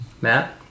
Matt